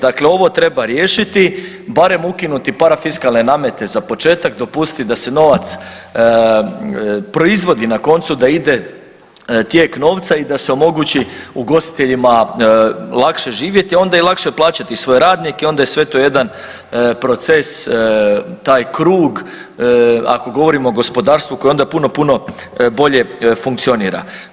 Dakle, ovo treba riješiti, barem ukinuti parafiskalne namete za početak, dopustit da se novac proizvodi na koncu, da ide tijek novca i da se omogući ugostiteljima lakše živjeti, a onda i lakše plaćati svoje radnike, a onda je sve to jedan proces, taj krug, ako govorimo o gospodarstvu koje onda puno, puno bolje funkcionira.